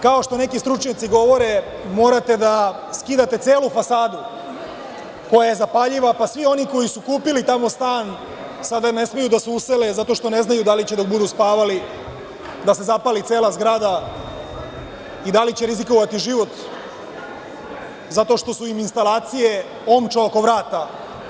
Sada, kao što neki stručnjaci govore, morate da skidate celu fasadu koja je zapaljiva, pa svi oni koji su kupili tamo stan, sada ne smeju da se usele zato što ne znaju da li će dok budu spavali da se zapali cela zgrada i da li će rizikovati život zato što su im instalacije omča oko vrata.